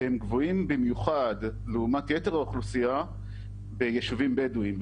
והם גבוהים במיוחד לעומת יתר האוכלוסייה ביישובים בדואים בנגב.